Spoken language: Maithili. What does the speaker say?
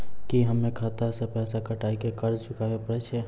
की हम्मय खाता से पैसा कटाई के कर्ज चुकाबै पारे छियै?